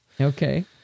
Okay